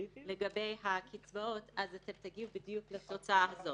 לגבי הקצבאות אז אתם תגיעו בדיוק לתוצאה הזו.